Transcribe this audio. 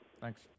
thanks